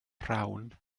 rhawn